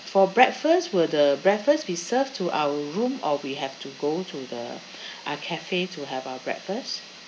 for breakfast will the breakfast be served to our room or we have to go to the uh cafe to have our breakfast